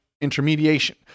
Intermediation